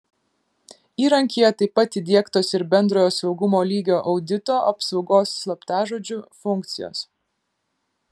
įrankyje taip pat įdiegtos ir bendrojo saugumo lygio audito apsaugos slaptažodžiu funkcijos